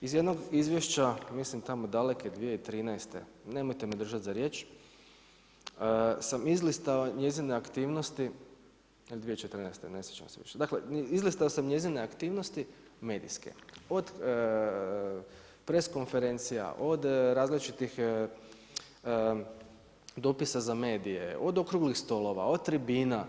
Iz jednog izvješća mislim tamo daleke 2013., nemojte me držati za riječ, sam izlistao njezine aktivnosti, ili 2014. ne sjećam se više, dakle izlistao sam njezine aktivnosti medijske od press konferencija, od različitih dopisa za medije, od okruglih stolova, od tribina.